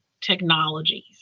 technologies